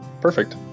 Perfect